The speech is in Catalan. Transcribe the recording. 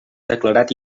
declarat